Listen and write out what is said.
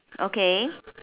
okay